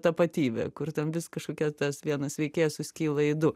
tapatybė kur ten vis kažkokia tas vienas veikėjas suskyla į du